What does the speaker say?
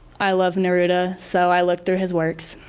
i love neruda, so i looked through his works.